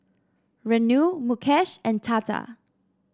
Renu Mukesh and Tata